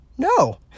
no